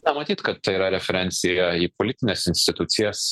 na matyt kad tai yra referencija į politines institucijas